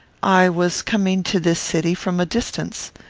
i was coming to this city from a distance.